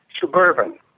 Suburban